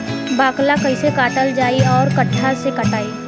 बाकला कईसे काटल जाई औरो कट्ठा से कटाई?